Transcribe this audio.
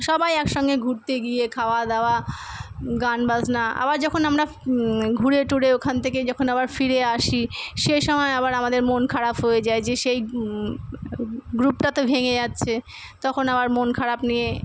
সবাই একসঙ্গে ঘুরতে গিয়ে খাওয়াদাওয়া গান বাজনা আবার যখন আমরা ঘুরে টুরে ওখান থেকে যখন আবার ফিরে আসি সে সময় আবার আমাদের মন খারাপ হয়ে যায় যে সেই গ্রুপটা তো ভেঙে যাচ্ছে তখন আবার মন খারাপ নিয়ে